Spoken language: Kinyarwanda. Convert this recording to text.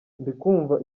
ndikumva